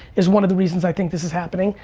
is one of the reasons i think this is happening,